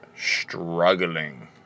struggling